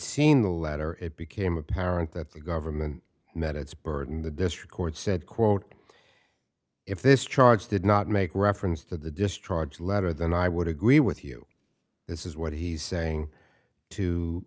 seen the letter it became apparent that the government met its burden the district court said quote if this charge did not make reference to the destroyed letter then i would agree with you this is what he's saying to